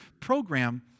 program